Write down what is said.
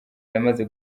yamaze